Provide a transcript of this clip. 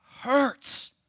hurts